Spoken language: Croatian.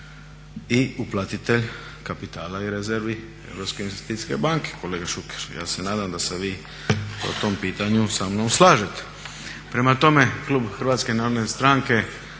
i uplatitelj kapitala i rezervi Europske investicijske banke, kolega Šuker. Ja se nadam se vi po tom pitanju samnom slažete. Prema tome Klub Hrvatske narodne stranke